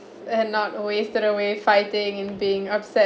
and not wasted away fighting and being upset